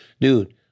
dude